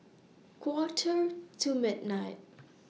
Quarter to midnight